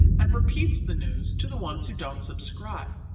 and repeats the news to the ones who don't subscribe.